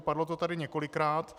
Padlo to tady několikrát.